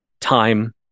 time